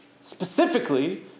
Specifically